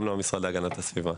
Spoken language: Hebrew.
גם לא המשרד להגנת הסביבה.